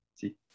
see